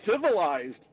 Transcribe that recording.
civilized